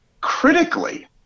Critically